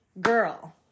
girl